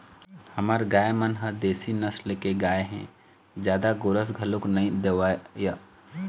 हमर गाय मन ह देशी नसल के गाय हे जादा गोरस घलोक नइ देवय